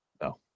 no